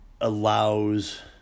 allows